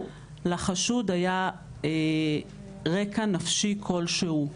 לחשוד היה רקע נפשי כלשהו.